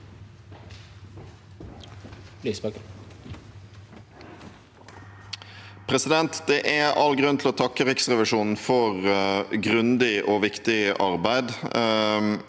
Det er all grunn til å takke Riksrevisjonen for et grundig og viktig arbeid.